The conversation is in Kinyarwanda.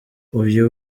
uyu